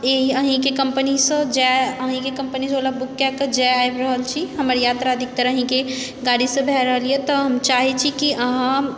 अहीँके कम्पनीसँ जा अहीँकेँ कम्पनीसँ ओला बुक कए कऽ जा आबि रहल छी हमर यात्रा अधिकतर अहीँके गाड़ीसँ भए रहल यए तऽ हम चाहैत छी कि अहाँ